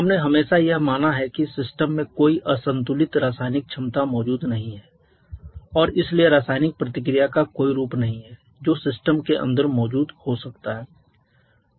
हमने हमेशा यह माना है कि सिस्टम में कोई असंतुलित रासायनिक क्षमता मौजूद नहीं है और इसलिए रासायनिक प्रतिक्रिया का कोई रूप नहीं है जो सिस्टम के अंदर मौजूद हो सकता है